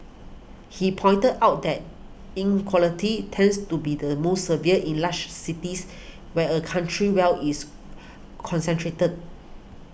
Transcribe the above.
he pointed out that inequality tends to be the most severe in large cities where a country's well is concentrated